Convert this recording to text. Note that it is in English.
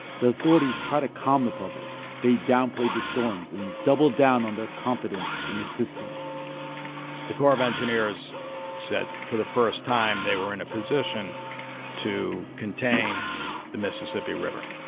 the authorities tried to calm the public. they downplayed the storms and doubled down on their confidence in the system the corps of engineers said for the first time, they were in a position to contain the mississippi river.